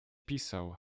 pisał